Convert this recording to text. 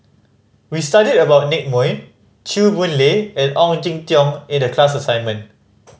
we studied about Nicky Moey Chew Boon Lay and Ong Jin Teong in the class assignment